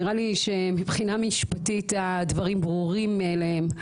נראה לי שמבחינה משפטית הדברים ברורים מאליהם,